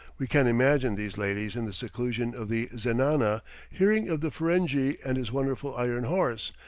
we can imagine these ladies in the seclusion of the zenana hearing of the ferenghi and his wonderful iron horse,